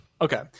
Okay